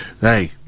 hey